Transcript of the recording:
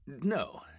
No